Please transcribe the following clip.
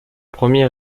premier